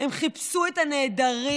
הם חיפשו את הנעדרים,